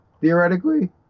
theoretically